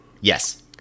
Yes